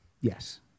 Yes